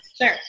Sure